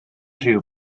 rhyw